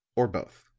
or both.